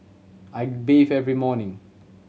I bathe every morning